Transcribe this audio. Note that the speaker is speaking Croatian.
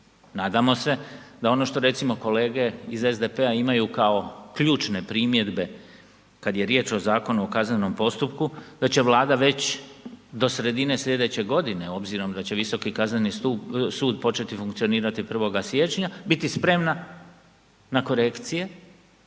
Nadamo se da ono što recimo kolege iz SDP-a imaju kao ključne primjedbe kada je riječ o Zakonu o kaznenom postupku da će Vlada već do sredine sljedeće godine obzirom da će Visoki kazneni sud početi funkcionirati 1. siječnja biti spremna na korekcije